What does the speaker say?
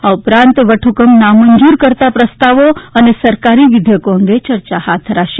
આ ઉપરાંત વટફકમ નામંજૂર કરતા પ્રસ્તાવો અને સરકારી વિધયેકો અંગે ચર્ચા હાથ ધરાશે